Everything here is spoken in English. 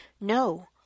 No